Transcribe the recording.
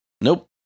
Nope